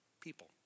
people